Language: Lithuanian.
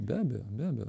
be abejo be abejo